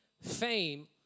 fame